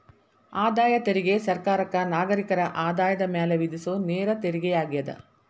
ಆದಾಯ ತೆರಿಗೆ ಸರ್ಕಾರಕ್ಕ ನಾಗರಿಕರ ಆದಾಯದ ಮ್ಯಾಲೆ ವಿಧಿಸೊ ನೇರ ತೆರಿಗೆಯಾಗ್ಯದ